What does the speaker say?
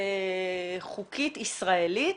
חוקית ישראלית